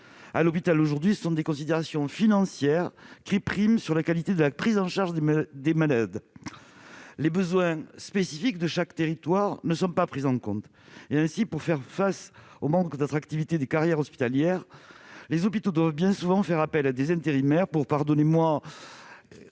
à l'hôpital, les considérations financières priment la qualité de la prise en charge des malades. Les besoins spécifiques de chaque territoire ne sont pas pris en compte, si bien que, pour remédier au manque d'attractivité des carrières hospitalières, les hôpitaux doivent bien souvent faire appel à des intérimaires pour « boucher